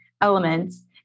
elements